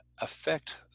affect